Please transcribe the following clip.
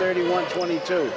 thirty one twenty two